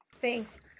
Thanks